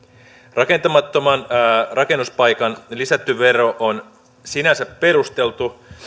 rakentamattoman rakennuspaikan lisätty vero on sinänsä perusteltu